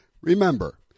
Remember